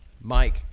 mike